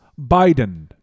Biden